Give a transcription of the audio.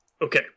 Okay